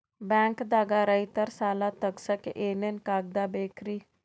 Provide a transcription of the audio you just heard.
ಬ್ಯಾಂಕ್ದಾಗ ರೈತರ ಸಾಲ ತಗ್ಸಕ್ಕೆ ಏನೇನ್ ಕಾಗ್ದ ಬೇಕ್ರಿ?